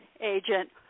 agent